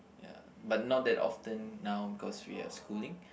ya but that often now because we are schooling